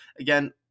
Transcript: again